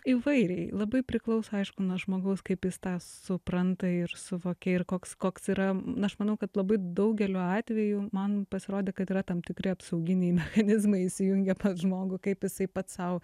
įvairiai labai priklauso aišku nuo žmogaus kaip jis tą supranta ir suvokia ir koks koks yra aš manau kad labai daugeliu atvejų man pasirodė kad yra tam tikri apsauginiai mechanizmai įsijungia pas žmogų kaip jisai pats sau